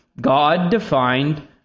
God-defined